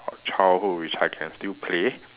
childhood which I can still play